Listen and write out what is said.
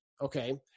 okay